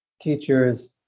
teachers